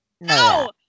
No